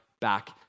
back